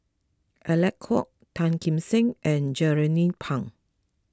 Alec Kuok Tan Kim Seng and Jernnine Pang